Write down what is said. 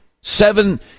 seven